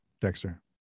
Dexter